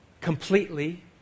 completely